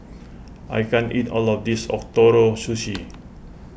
I can't eat all of this Ootoro Sushi